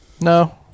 No